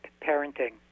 parenting